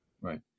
Right